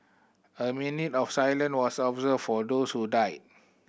a minute of silence was observed for those who died